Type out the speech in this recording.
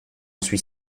suis